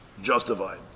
justified